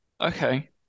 Okay